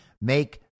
make